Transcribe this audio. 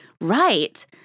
right